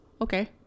Okay